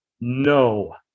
No